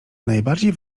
najbardziej